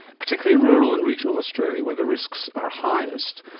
particularly in rural and regional australia where the risks are highest.